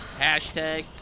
Hashtag